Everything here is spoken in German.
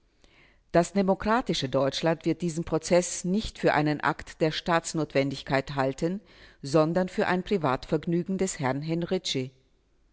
das demokratische deutschland wird diesen prozeß nicht für einen akt der staatsnotwendigkeit halten sondern für ein privatvergnügen des herrn henrici